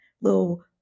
little